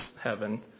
heaven